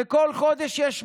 וכל חודש יש מאות,